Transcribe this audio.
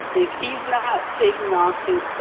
if he's not taking off his, but